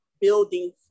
building